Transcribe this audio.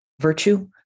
virtue